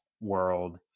world